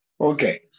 Okay